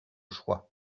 choix